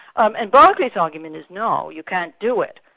um and berkeley's argument is no, you can't do it,